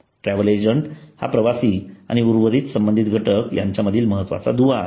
travel agent हा प्रवासी आणि उर्वरित इतर संबंधित घटक यांच्यातील महत्त्वाचा दुवा आहे